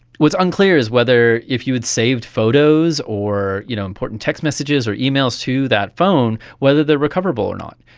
what's unclear is whether if you had saved photos or you know important text messages or emails to that phone, whether they are recoverable or not.